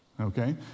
Okay